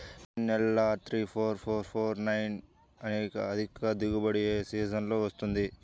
NLR three four four four nine అధిక దిగుబడి ఏ సీజన్లలో వస్తుంది?